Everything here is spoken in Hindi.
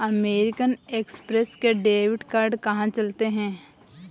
अमेरिकन एक्स्प्रेस के डेबिट कार्ड कहाँ पर चलते हैं?